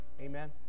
Amen